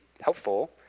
helpful